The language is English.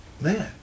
man